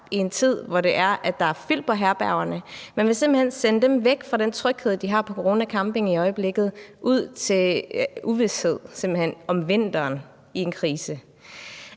i en tid, hvor der er fyldt på herbergerne. Man vil simpelt hen sende dem væk fra den tryghed, de har på Corona Camping i øjeblikket, ud til uvished om vinteren i en krise.